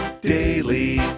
daily